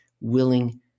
willing